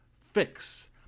Fix